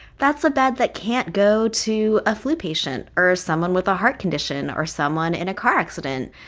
that's a bed that can't go to a flu patient or someone with a heart condition or someone in a car accident.